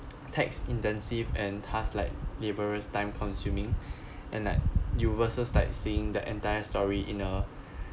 text intensive and tasks like labourers time consuming and like you versus like seeing the entire story in a